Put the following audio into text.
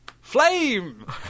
flame